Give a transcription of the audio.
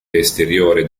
esteriore